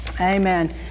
Amen